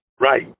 Right